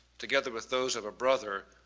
together with those of a brother,